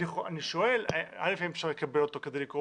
אני שואל האם אפשר לקבל אותו כדי לקרוא